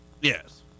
Yes